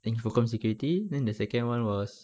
infocomm security then the second [one] was